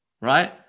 Right